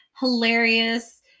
hilarious